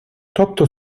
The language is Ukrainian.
тобто